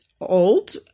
old